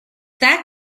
that